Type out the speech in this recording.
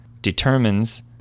determines